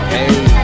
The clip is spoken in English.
Hey